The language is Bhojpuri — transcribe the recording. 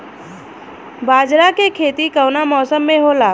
बाजरा के खेती कवना मौसम मे होला?